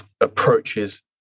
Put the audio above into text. approaches